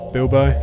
Bilbo